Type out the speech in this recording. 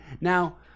Now